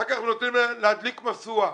אחר כך נותנים להם להדליק משואה.